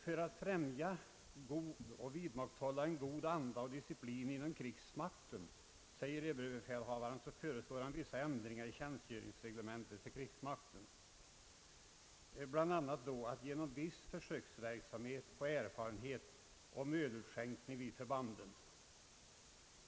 För att främja och vidmakthålla en god anda och disciplin inom krigsmakten, som överbefälhavaren säger, så föreslår han vissa ändringar i tjänstgöringsreglementet för krigsmakten, bl.a. en viss försöksverksamhet för att få erfarenheter av ölutskänkning vid förbanden.